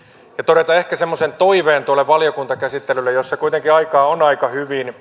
todeta ehkä semmoisen toiveen tuolle valiokuntakäsittelylle jossa kuitenkin aikaa on aika hyvin